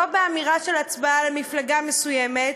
לא באמירה של הצבעה למפלגה מסוימת,